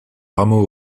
rameau